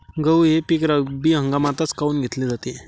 गहू हे पिक रब्बी हंगामामंदीच काऊन घेतले जाते?